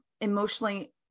emotionally